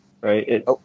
right